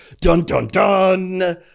dun-dun-dun